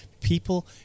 people